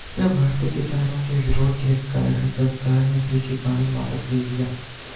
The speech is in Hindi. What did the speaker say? क्या भारतीय किसानों के विरोध के कारण सरकार ने कृषि कानून वापस ले लिया?